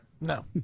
No